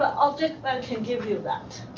ah objectbank can give you that.